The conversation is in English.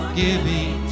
giving